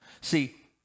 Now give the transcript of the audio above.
See